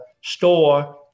store